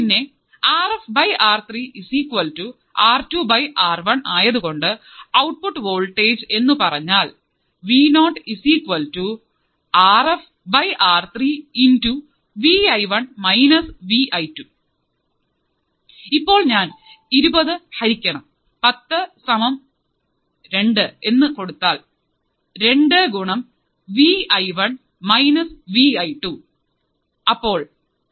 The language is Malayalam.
പിന്നെ Rf R3 R2 R1 ആയതുകൊണ്ട് ഔട്ട്പുട്ട് വോൾടേജ് എന്നു പറഞ്ഞാൽ ഇപ്പോൾ ഞാൻ ഇരുപതു ഹരിക്കണം പത്ത് സമം രണ്ടു എന്ന് കൊടുത്താൽ രണ്ട് ഗുണം V I one minus V I two 2